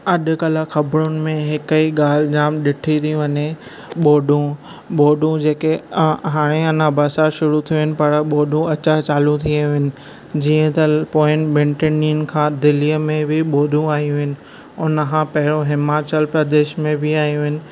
अॼुकल्ह ख़बरुनि में हिक ही ॻाल्हि जाम ॾिठी थी वञे ॿोॾियूं ॿोॾियूं जेके हाणे अञा बरसात शुरू थियूं आहिनि पर ॿोॾियूं अचणु चालू थी वयूं आहिनि जीअं त हलु पोइनि ॿिनि टिनि ॾींहनि खां दिल्लीअ में बि ॿोॾियूं आहियूं आहिनि हुन खां पहिरियों हिमाचल प्रदेश में बि आहियूं आहिनि